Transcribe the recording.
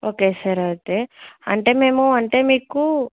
okay sir అయితే అంటే మేము అంటే మీకు